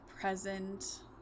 present